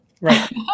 Right